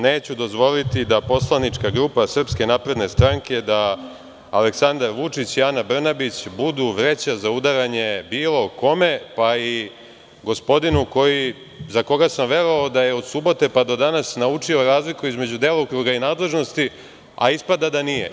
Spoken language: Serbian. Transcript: Neću dozvoliti da poslanička grupa SNS, Aleksandar Vučić i Ana Brnabić budu vreća za udaranje bilo kome, pa i gospodinu za koga sam verovao da je od subote pa do danas naučio razliku između delokruga i nadležnosti, a ispada da nije.